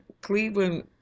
Cleveland